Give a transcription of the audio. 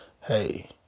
hey